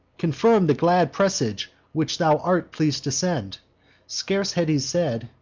confirm the glad presage which thou art pleas'd to send scarce had he said,